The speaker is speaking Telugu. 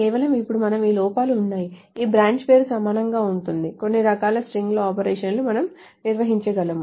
కేవలం ఇప్పుడు మనం ఈ లోపల ఉన్నాము ఈ బ్రాంచ్ పేరు సమానంగా ఉంటుంది కొన్ని రకాల స్ట్రింగ్ ఆపరేషన్లును మనం నిర్వచించగలము